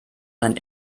sein